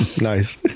Nice